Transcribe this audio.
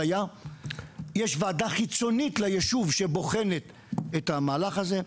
יש ועדה חיצונית ליישוב שבוחנת את המהלך הזה.